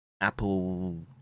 apple